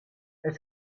est